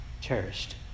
cherished